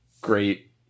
great